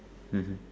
mmhmm